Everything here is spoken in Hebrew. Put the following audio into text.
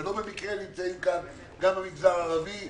לא במקרה נמצאים כאן גם מהמגזר הערבי,